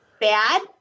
bad